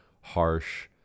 harsh